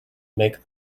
make